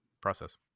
process